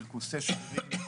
פרכוסי שרירים,